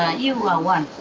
you are one.